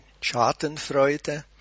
schadenfreude